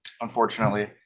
unfortunately